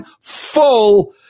full